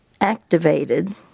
activated